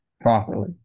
properly